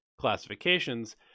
classifications